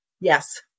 Yes